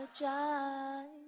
apologize